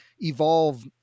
evolve